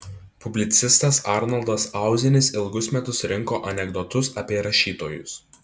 publicistas arnoldas auzinis ilgus metus rinko anekdotus apie rašytojus